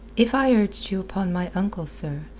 if i urged you upon my uncle, sir,